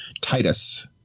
Titus